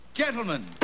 Gentlemen